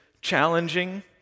challenging